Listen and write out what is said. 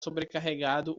sobrecarregado